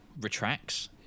retracts